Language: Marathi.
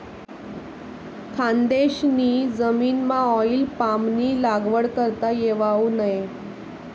खानदेशनी जमीनमाऑईल पामनी लागवड करता येवावू नै